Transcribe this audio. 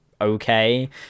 okay